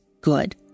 good